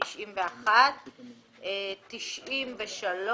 על סעיף 91. על סעיף 93,